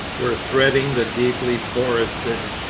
were threading the deeply-forested,